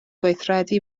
gweithredu